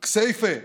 כסייפה,